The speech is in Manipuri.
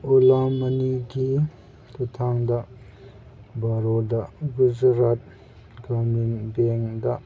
ꯑꯣꯂꯥ ꯃꯅꯤꯒꯤ ꯈꯨꯠꯊꯥꯡꯗ ꯕꯔꯣꯗꯥ ꯒꯨꯖꯔꯥꯠ ꯒ꯭ꯔꯥꯃꯤꯟ ꯕꯦꯡꯗ